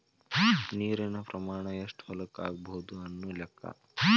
ನೇರಿನ ಪ್ರಮಾಣಾ ಎಷ್ಟ ಹೊಲಕ್ಕ ಆಗಬಹುದು ಅನ್ನು ಲೆಕ್ಕಾ